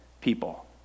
people